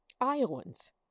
Iowans